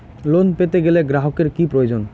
Loan পেতে গেলে গ্রাহকের কি প্রয়োজন?